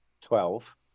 Twelve